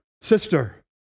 sister